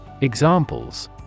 Examples